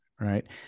Right